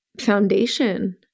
foundation